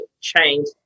change